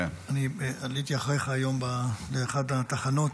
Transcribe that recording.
אני עליתי אחריך היום באחת התחנות.